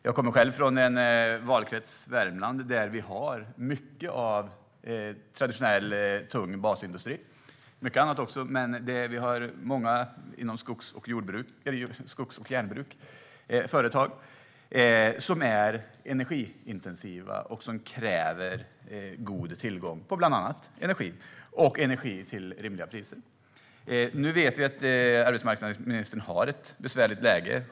Jag kommer själv från en valkrets i Värmland där vi har mycket av traditionell tung basindustri och också mycket annat. Vi har många företag inom skogs och järnbruk som är energiintensiva och kräver god tillgång på bland annat energi och energi till rimliga priser. Nu vet vi att arbetsmarknadsministern har ett besvärligt läge.